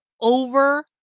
over